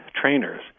trainers